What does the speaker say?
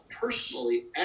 personally